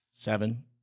Seven